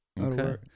okay